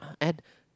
and